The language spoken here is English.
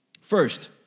First